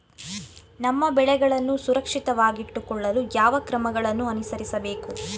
ನಮ್ಮ ಬೆಳೆಗಳನ್ನು ಸುರಕ್ಷಿತವಾಗಿಟ್ಟು ಕೊಳ್ಳಲು ಯಾವ ಕ್ರಮಗಳನ್ನು ಅನುಸರಿಸಬೇಕು?